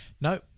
no